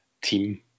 team